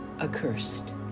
accursed